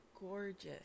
gorgeous